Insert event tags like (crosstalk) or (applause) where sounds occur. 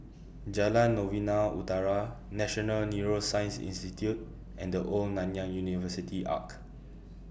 (noise) Jalan Novena Utara National Neuroscience Institute and The Old Nanyang University Arch